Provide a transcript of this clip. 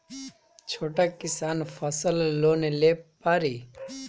छोटा किसान फसल लोन ले पारी?